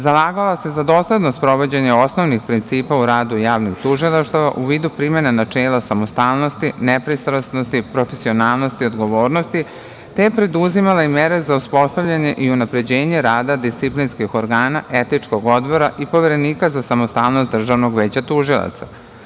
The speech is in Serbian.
Zalagala se za dosledno sprovođenje osnovnih principa u radu javnih tužilaštava u vidu primene načela samostalnosti, nepristrasnosti, profesionalnosti, odgovornosti, te je preduzimala i mere za uspostavljanje i unapređenje rada disciplinskih organa Etičkog odbora i poverenika za samostalnost Državnog veća tužilaca.